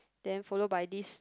then followed by this